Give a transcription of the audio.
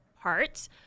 parts